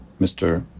Mr